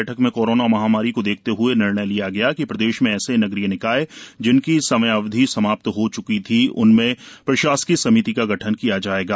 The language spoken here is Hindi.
बैठक में कोरोना महामारी को देखते हुये निर्णय लिया गया कि प्रदेश के ऐसे नगरीय निकाय जिनकी समयावधि समाप्त हो च्की थी उनमें प्रशासकीय समिति का गठन किया जायेगा